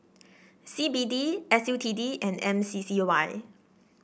C B D S U T D and M C C Y